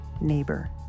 neighbor